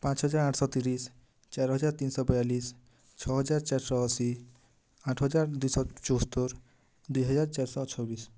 ପାଞ୍ଚହଜାର ଆଠଶହ ତିରିଶ ଚାରିହଜାର ତିନିଶହ ବୟାଳିଶ ଛଅହଜାର ଚାରିଶହ ଅଶୀ ଆଠ ହଜାର ଦୁଇଶହ ଚଉସ୍ତୋରି ଦୁଇହଜାର ଚାରିଶହ ଛବିଶ